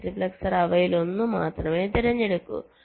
multiplexer അവയിലൊന്ന് മാത്രമേ തിരഞ്ഞെടുക്കൂ